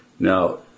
Now